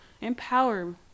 Empower